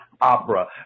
opera